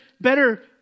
better